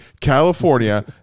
California